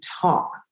talk